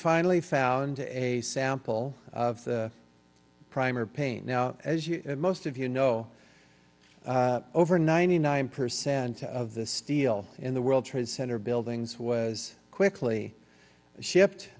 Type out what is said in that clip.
finally found a sample of the primer paint now as most of you know over ninety nine percent of the steel in the world trade center buildings was quickly shipped